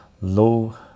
low